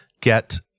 get